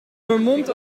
vermomd